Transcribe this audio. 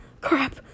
crap